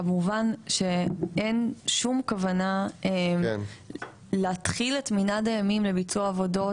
כמובן שאין שום כוונה להתחיל את מנעד הימים לביצוע העבודות,